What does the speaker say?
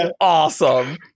awesome